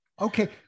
okay